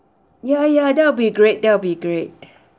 ya ya that will be great that will be great